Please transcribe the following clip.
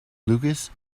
lucas